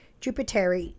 Jupiter